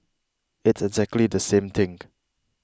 it's exactly the same thing